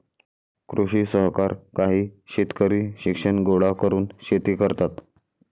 कृषी सहकार काही शेतकरी शिक्षण गोळा करून शेती करतात